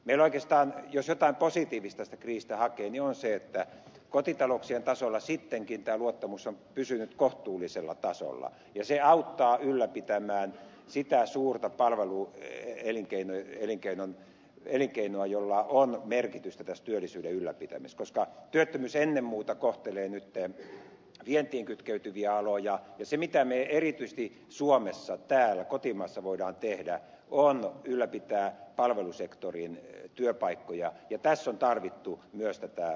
oikeastaan jos jotain positiivista tästä kriisistä hakee se on se että meillä kotitalouksien tasolla sittenkin tämä luottamus on pysynyt kohtuullisella tasolla ja se auttaa ylläpitämään sitä suurta parran uuteen elinkeino elinkeino eli palveluelinkeinoa jolla on merkitystä tässä työllisyyden ylläpitämisessä koska työttömyys ennen muuta koskee nyt vientiin kytkeytyviä aloja ja se mitä me erityisesti suomessa täällä kotimaassa voimme tehdä on ylläpitää palvelusektorin työpaikkoja ja tässä on tarvittu myös tätä veroratkaisua